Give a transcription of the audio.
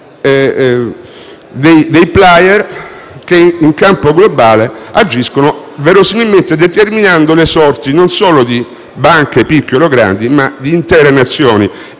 dei *player* che, in campo globale, agisce, verosimilmente, determinando le sorti, non solo di banche piccole o grandi, ma di intere Nazioni.